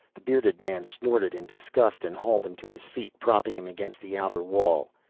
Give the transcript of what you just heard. the bearded man snorted in disgust and hauled him to his feet, propping him against the outer wall.